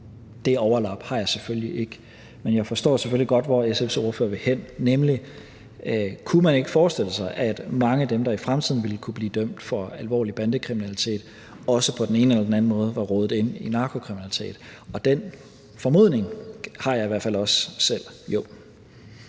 det overlap har jeg selvfølgelig ikke, men jeg forstår selvfølgelig godt, hvor SF's ordfører vil hen, nemlig om man ikke kunne forestille sig, at mange af dem, der i fremtiden vil kunne blive dømt for alvorlig bandekriminalitet, også på den ene eller den anden måde er rodet ind i narkokriminalitet. Og den formodning har jeg i hvert fald også selv